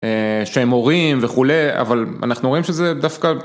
שהם הורים וכו', אבל אנחנו רואים שזה דווקא...